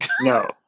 No